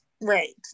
Right